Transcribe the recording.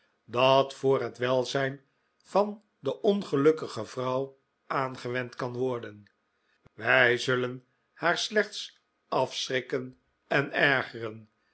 dat voor het welzijn van de ongelukkige vrouw aangewend kan worden wij zullen haar slechts afschrikken en ergeren